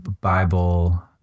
Bible